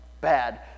bad